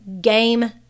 game